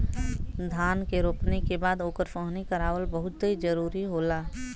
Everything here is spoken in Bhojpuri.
धान के रोपनी के बाद ओकर सोहनी करावल बहुते जरुरी होला